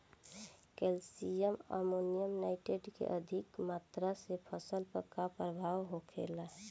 Calcium ammonium nitrate के अधिक मात्रा से फसल पर का प्रभाव होखेला?